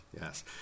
yes